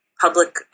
public